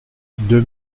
deux